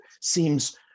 seems